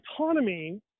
autonomy